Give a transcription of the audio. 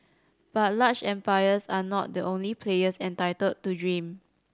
but large empires are not the only players entitled to dream